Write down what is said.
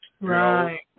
Right